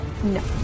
no